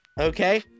Okay